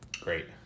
Great